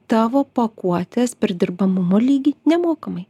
tavo pakuotės perdirbamumo lygį nemokamai